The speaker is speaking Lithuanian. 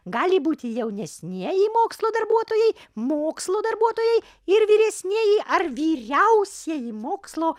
gali būti jaunesnieji mokslo darbuotojai mokslo darbuotojai ir vyresnieji ar vyriausieji mokslo